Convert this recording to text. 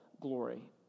glory